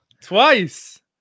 Twice